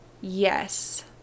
yes